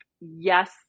yes